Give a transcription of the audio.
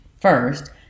first